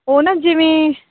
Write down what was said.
ਉਹ ਨਾ ਜਿਵੇਂ